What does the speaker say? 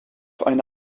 eine